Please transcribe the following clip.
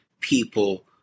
people